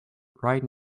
right